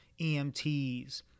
EMTs